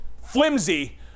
flimsy